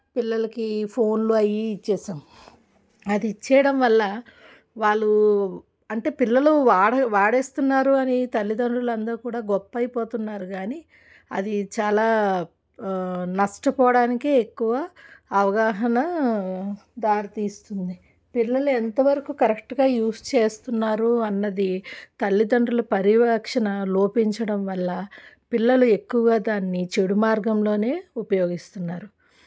పిల్లలకి ఫోన్లు అవి ఇచ్చేశాం అది ఇచ్చేయడం వల్ల వాళ్ళు అంటే పిల్లలు వాడ వాడేస్తున్నారు అని తల్లిదండ్రులు అందరు కూడా గొప్పైపోతున్నారు కానీ అది చాలా నష్టపోవడానికే ఎక్కువ అవగాహన దారితీస్తుంది పిల్లలు ఎంతవరకు కరెక్ట్గా యూస్ చేస్తున్నారు అన్నది తల్లిదండ్రులు పర్యవేక్షణ లోపించడం వల్ల పిల్లలు ఎక్కువగా దాన్ని చెడు మార్గంలోనే ఉపయోగిస్తున్నారు